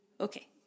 Okay